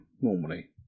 normally